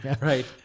Right